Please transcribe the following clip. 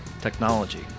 technology